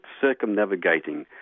circumnavigating